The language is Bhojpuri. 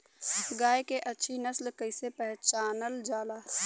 गाय के अच्छी नस्ल कइसे पहचानल जाला?